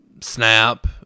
snap